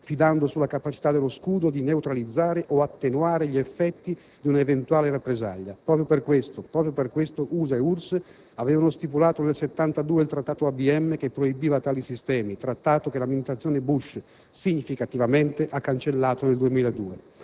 fidando sulla capacità dello scudo di neutralizzare o attenuare gli effetti di un'eventuale rappresaglia. Proprio per questo USA e URSS avevano stipulato nel 1972 il Trattato ABM volto a proibire tali sistemi e che l'Amministrazione Bush, significativamente, ha cancellato nel 2002.